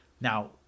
now